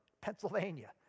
Pennsylvania